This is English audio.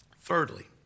Thirdly